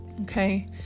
okay